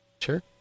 Sure